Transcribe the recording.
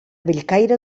bellcaire